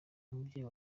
umubyeyi